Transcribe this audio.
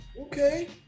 Okay